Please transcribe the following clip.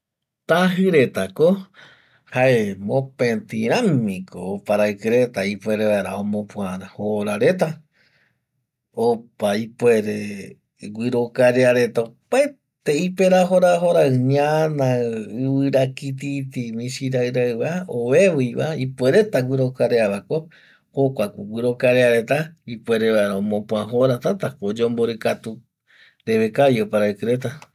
Taji retako jae mopeti ramiko oparaiki reta ipuere vaera omopua jora reta, opa ipuere guirokarea reta opaete iperajo rarai rajo rai ñana ivira kititi misiraraiva oveiva ipuereta guirokareavako jokuako guirokarea reta ipuereta vaera omopua jora tätako oyomborikatu reve kavi oparaiki reta